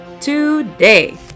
today